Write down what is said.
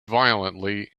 violently